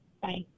Bye